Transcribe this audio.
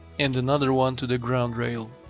and another one to the ground rail.